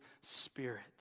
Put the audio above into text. Spirit